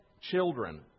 children